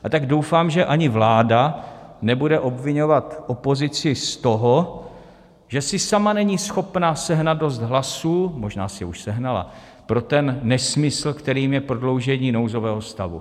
A tak doufám, že ani vláda nebude obviňovat opozici z toho, že si sama není schopna sehnat dost hlasů možná si je už sehnala pro ten nesmysl, kterým je prodloužení nouzového stavu.